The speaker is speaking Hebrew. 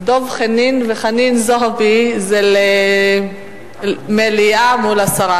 דב חנין וחנין זועבי, מליאה מול הסרה.